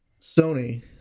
Sony